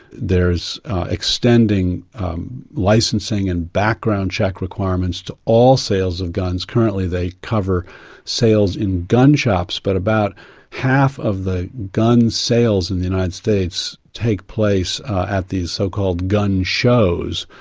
there's extending licensing and background check requirements to all sales of guns. currently they cover sales in gun shops but about half of the gun sales in the united states take place at these so-called gun shows,